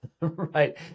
Right